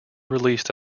released